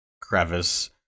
crevice